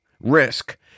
risk